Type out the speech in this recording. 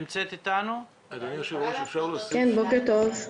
כן, בוקר טוב.